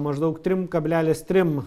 maždaug trim kablelis trim